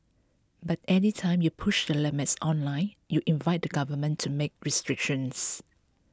but any time you push the limits online you invite the government to make restrictions